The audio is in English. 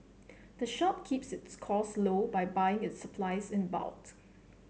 the shop keeps its costs low by buying its supplies in bulks